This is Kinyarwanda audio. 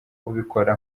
ubikora